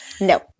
No